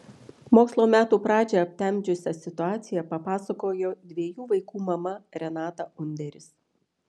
mokslo metų pradžią aptemdžiusią situaciją papasakojo dviejų vaikų mama renata underis